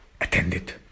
attended